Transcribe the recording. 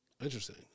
Interesting